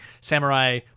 samurai